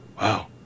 Wow